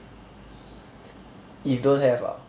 if don't have ah